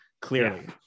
clearly